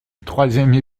troisième